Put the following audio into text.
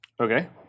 Okay